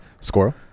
Squirrel